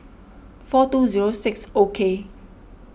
four two zero six O K